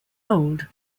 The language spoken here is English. old